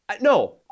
No